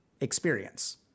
experience